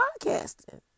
podcasting